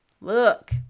look